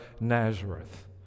Nazareth